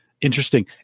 interesting